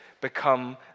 become